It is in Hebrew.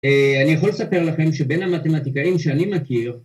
אני יכול לספר לכם שבין המתמטיקאים שאני מכיר